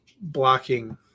blocking